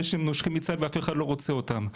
שהם נושרים מצה"ל ואף אחד לא רוצה אותם.